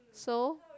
so